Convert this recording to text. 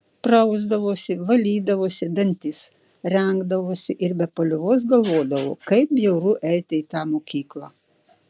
prausdavosi valydavosi dantis rengdavosi ir be paliovos galvodavo kaip bjauru eiti į tą mokyklą